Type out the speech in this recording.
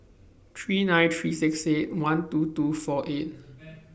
three nine three six eight one two two four eight